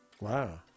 Wow